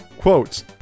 quotes